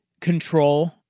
control